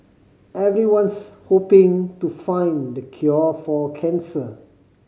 everyone's hoping to find the cure for cancer